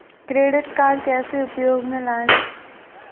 Credit card कैसे उपयोग में लाएँ?